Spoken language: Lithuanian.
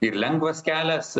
ir lengvas kelias